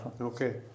Okay